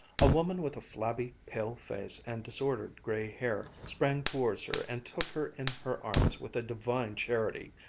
a woman with a flabby pale face and disordered gray hair sprang towards her and took her in her arms with a divine charity.